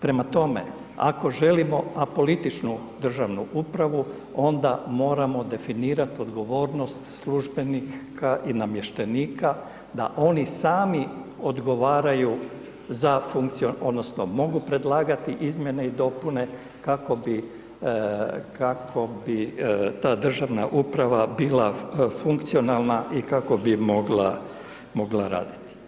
Prema tome, ako želimo apolitičnu državnu upravu onda moramo definirati odgovornost službenika i namještenika da oni sami odgovaraju za funkciju odnosno mogu predlagati izmjene i dopune kako bi ta državna uprava bila funkcionalna i kako bi mogla raditi.